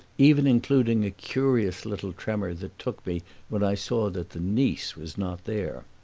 even including a curious little tremor that took me when i saw that the niece was not there.